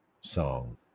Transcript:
song